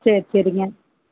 சரி சரிங்க